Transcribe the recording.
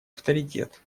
авторитет